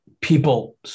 people